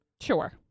Sure